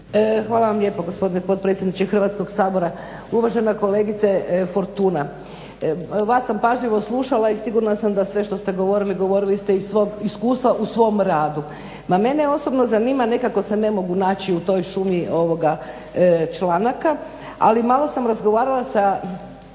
Hvala vam lijepo gospodine potpredsjedniče Hrvatskog sabora. Uvažena kolegice Fortuna vas sam pažljivo slušala i sigurna sam da sve što ste govorili, govorili ste iz svog iskustva u svom radu. Ma mene osobno zanima, nekako se ne mogu naći u toj šumi članaka, ali malo sam razgovarala sa